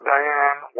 Diane